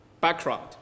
background